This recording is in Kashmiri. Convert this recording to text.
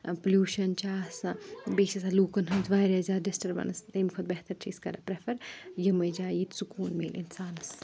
پُلوشَن چھِ آسان بیٚیہِ چھِ آسان لوٗکَن ہٕنٛز واریاہ زیادٕ ڈِسٹٔربَنٕس تَمہِ کھۄتہٕ بہتر چھِ أسۍ کَران پرٛفَر یِمے جایہِ ییٚتہِ سکوٗن میلہِ اِنسانَس